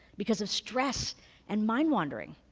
because of stress and mind wandering.